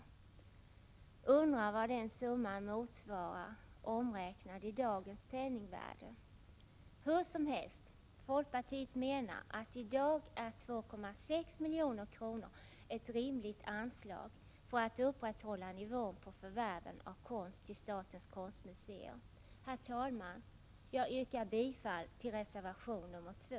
Jag undrar vad den summan motsvarar omräknad i dagens penningvärde? Hur som helst, folkpartiet menar att 2,6 milj.kr. i dag är ett rimligt anslag för att upprätthålla nivån på förvärven av konst i statens konstmuseer. Herr talman! Jag yrkar bifall till reservation nr 2.